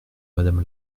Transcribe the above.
madame